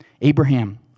Abraham